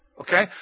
okay